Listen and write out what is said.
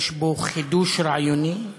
יש בו חידוד רעיוני.